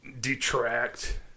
Detract